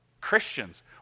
Christians